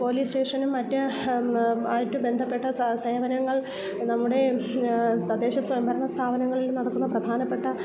police സ്റ്റേഷനും മറ്റ് ആയിട്ട് ബന്ധപ്പെട്ട സേവനങ്ങൾ നമ്മുടെ തദ്ദേശസ്വയംഭരണ സ്ഥാപനങ്ങളിൽ നടക്കുന്ന പ്രധാനപ്പെട്ട